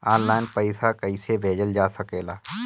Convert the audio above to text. आन line पईसा कईसे भेजल जा सेकला?